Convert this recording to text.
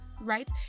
right